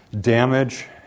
damage